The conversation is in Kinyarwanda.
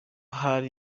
hari